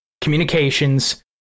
communications